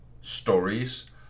stories